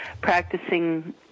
practicing